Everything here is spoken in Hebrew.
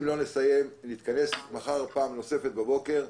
אם לא נסיים, נתכנס מחר פעם נוספת בבוקר.